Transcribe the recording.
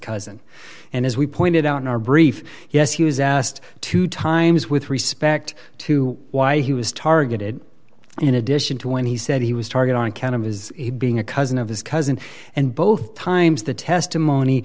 cousin and as we pointed out in our brief yes he was asked two times with respect to why he was targeted in addition to when he said he was target on account of his being a cousin of his cousin and both times the testimony